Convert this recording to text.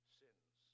sins